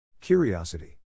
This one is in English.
Curiosity